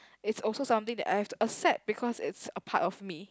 it's also something that I have to accept because it's a part of me